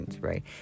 right